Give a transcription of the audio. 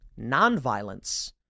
nonviolence